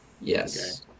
Yes